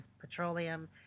petroleum